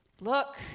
Look